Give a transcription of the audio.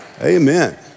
Amen